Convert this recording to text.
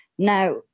Now